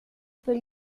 per